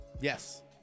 Yes